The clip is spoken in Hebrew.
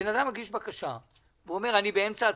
בן אדם מגיש בקשה ואומר: אני באמצע התקופה,